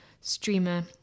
streamer